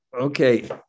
Okay